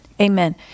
amen